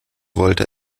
wollte